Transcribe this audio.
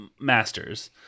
masters